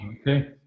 Okay